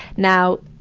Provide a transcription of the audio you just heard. now,